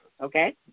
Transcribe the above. Okay